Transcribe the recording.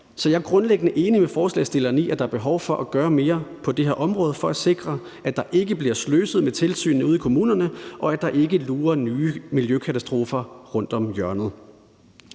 jeg er grundlæggende enig med forslagsstilleren i, at der er behov for at gøre mere på det her område for at sikre, at der ikke bliver sløset med tilsynene ude i kommunerne, og at der ikke lurer nye miljøkatastrofer rundt om hjørnet.